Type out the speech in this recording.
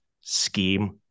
scheme